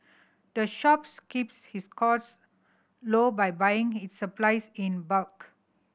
the shops keeps its costs low by buying its supplies in bulk